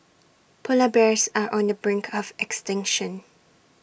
Polar Bears are on the brink of extinction